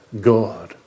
God